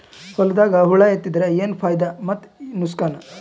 ಹೊಲದಾಗ ಹುಳ ಎತ್ತಿದರ ಏನ್ ಫಾಯಿದಾ ಮತ್ತು ನುಕಸಾನ?